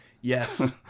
Yes